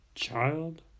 child